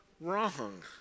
wrong